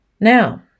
Now